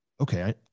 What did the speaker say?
okay